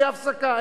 תהיה הפסקה,